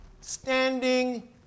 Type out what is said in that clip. standing